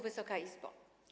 Wysoka Izbo!